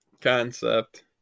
concept